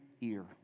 ear